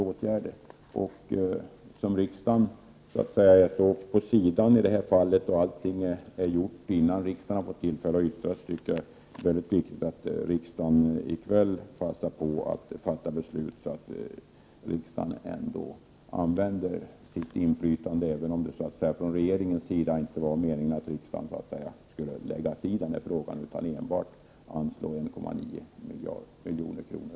Eftersom riksdagen ställts vid sidan i det här fallet och allting är gjort innan riksdagen fått tillfälle att yttra sig, är det viktigt att vi i kväll fattar ett sådant beslut att riksdagen ändå använder sitt inflytande, även om det från regeringens sida inte var meningen att riksdagen så att säga skulle lägga sig i den här frågan utan enbart anslå 1,9 milj.kr.